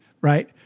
Right